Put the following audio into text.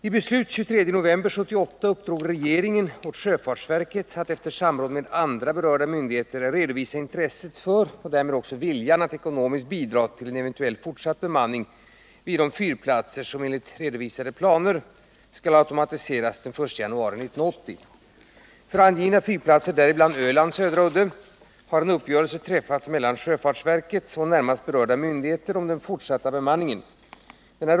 I beslut den 23 november 1978 uppdrog regeringen åt sjöfartsverket att — efter samråd med andra berörda myndigheter — redovisa intresset för och därmed viljan att ekonomiskt bidra till en eventuell fortsatt bemanning vid de fyrplatser som enligt redovisade planer skall automatiseras den 1 januari 1980. För angivna fyrplatser, däribland Ölands södra udde, har en uppgörelse träffats mellan sjöfartsverket och närmast berörda myndigheter om den fortsatta bemanningen.